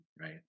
right